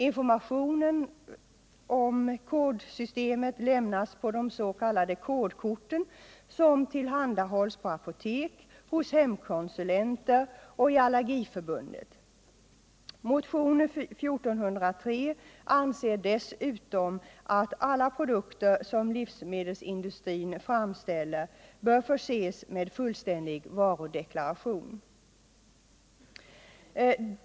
Informationen om kodsystemet lämnas på de s.k. kodkorten, som tillhandahålls på apotek, hos hemkonsulenter och av Allergiförbundet. I motionen 1403 anser man dessutom att alla produkter som livsmedelsindustrin framställer bör förses med fullständig varudeklaration.